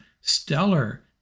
Stellar